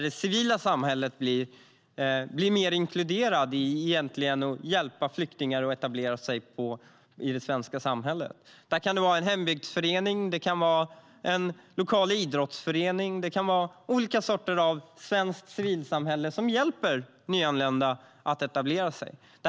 Det civila samhället blir mer inkluderat i att hjälpa flyktingar att etablera sig i det svenska samhället. Det kan vara en hembygdsförening. Det kan vara en lokal idrottsförening. Det kan vara olika delar av det svenska civilsamhället som hjälper nyanlända att etablera sig.